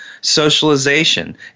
socialization